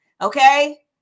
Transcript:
okay